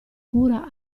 cura